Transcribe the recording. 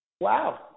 wow